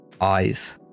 eyes